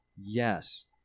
Yes